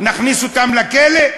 נכניס אותם לכלא?